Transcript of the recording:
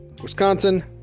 Wisconsin